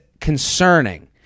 concerning